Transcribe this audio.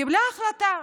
קיבלה החלטה.